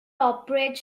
operates